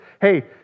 hey